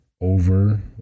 over